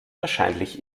wahrscheinlich